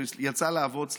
יצא לעבוד,